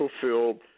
fulfilled